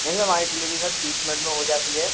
नहीं हमारी delivery sir तीस मिनट में हो जाती है